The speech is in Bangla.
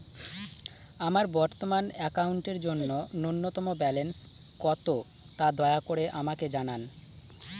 আমার বর্তমান অ্যাকাউন্টের জন্য ন্যূনতম ব্যালেন্স কত, তা দয়া করে আমাকে জানান